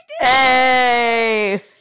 Hey